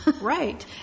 Right